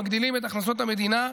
מגדילים את הכנסות המדינה,